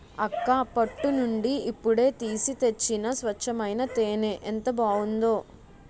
అక్కా పట్టు నుండి ఇప్పుడే తీసి తెచ్చిన స్వచ్చమైన తేనే ఎంత బావుందో